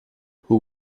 hoe